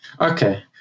Okay